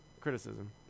criticism